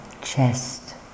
chest